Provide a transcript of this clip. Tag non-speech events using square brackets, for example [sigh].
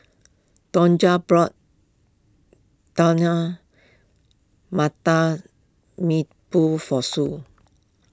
Tonja bought [unintelligible] Mata [unintelligible] for Sue